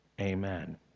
Amen